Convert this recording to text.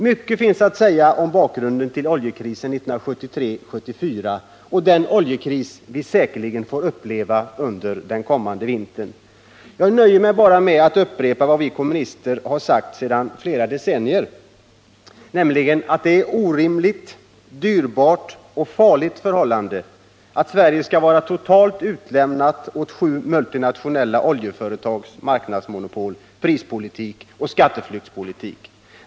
Mycket finns att säga om bakgrunden till oljekrisen 1973-1974 och den oljekris vi säkerligen får uppleva den kommande vintern. Jag nöjer mig med att upprepa vad vi kommunister har sagt sedan många decennier: det är ett orimligt, dyrbart och farligt förhållande att Sverige skall vara totalt utlämnat åt sju multinationella oljeföretags marknadsmonopol, prispolitik och skatteflyktspolitik.